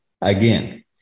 again